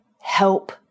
help